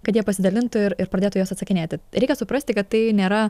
kad jie pasidalintų ir ir pradėtų į juos atsakinėti reikia suprasti kad tai nėra